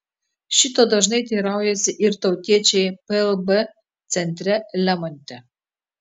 šito dažnai teiraujasi ir tautiečiai plb centre lemonte